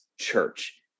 church